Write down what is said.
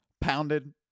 Pounded